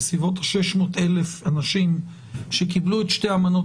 בסביבות 600 אלף אנשים שקיבלו את שתי המנות